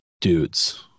dudes